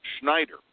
Schneider